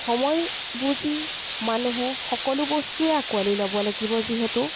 সময় বুজি মানুহে সকলো বস্তুৱে আকোৱালী ল'ব লাগিব যিহেতু